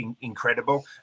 incredible